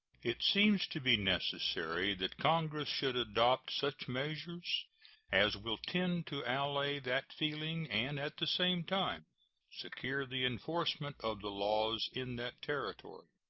it seems to be necessary that congress should adopt such measures as will tend to allay that feeling and at the same time secure the enforcement of the laws in that territory.